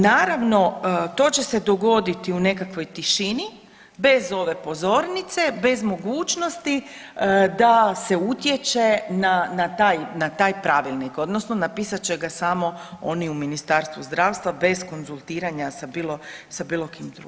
Naravno to će se dogoditi u nekakvoj tišini, bez ove pozornice, bez mogućnosti da se utječe na taj pravilnik odnosno napisat će ga samo oni u Ministarstvu zdravstva bez konzultiranja sa bilo kim